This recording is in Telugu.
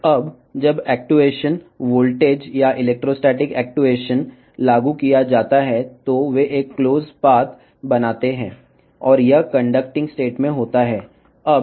ప్పుడు యాక్చుయేషన్ వోల్టేజ్ లేదా ఎలెక్ట్రోస్టాటిక్ యాక్చుయేషన్ వర్తించినప్పుడు అవి క్లోజ్డ్ మార్గాన్ని ఏర్పరుస్తాయి మరియు ఇది విద్యుత్ ప్రవాహక స్థితిలో ఉంటుంది